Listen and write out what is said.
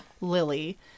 lily